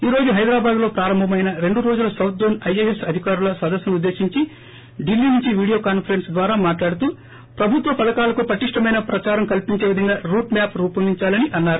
ఈ రోజు హైదరాబాద్లో ప్రారంభమైన రెండు రోజుల సాత్జోన్ ఐఎఎస్ అధికారుల సదస్సునుద్దేశించి ఢిల్లీ నుంచి వీడియోకాన్సరెన్స్ ద్వారా మాట్లాడుతూ ప్రభుత్వ పథకాలకు పటిష్ణమైన ప్రదారం కల్సించే విధంగా రూట్ మ్యాప్ రూపొందిందాలని అన్నారు